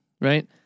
right